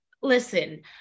Listen